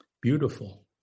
beautiful